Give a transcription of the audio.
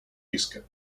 риска